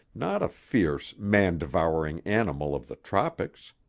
not a fierce, man-devouring animal of the tropics.